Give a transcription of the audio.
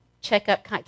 checkup